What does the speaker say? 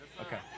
Okay